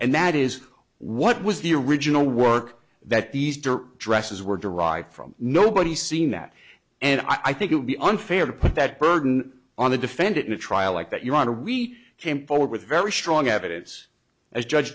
and that is what was the original work that these dresses were derived from nobody seen that and i think it would be unfair to put that burden on the defendant in a trial like that you want to we came forward with very strong evidence as judge